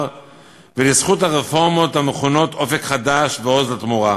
ולזכות הרפורמות המכונות "אופק חדש" ו"עוז לתמורה".